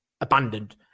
abandoned